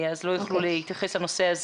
אז הם לא יוכלו להתייחס לנושא.